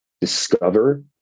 discover